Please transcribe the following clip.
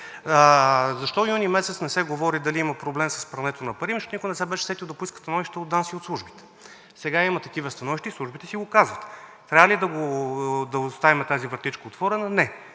през юни месец не се говори дали има проблем с прането на пари? Защото никой не се беше сетил да поиска становище от ДАНС и от службите. Сега има такива становища и службите си го казват. Трябва ли да оставим тази вратичка отворена? Не.